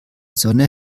sonne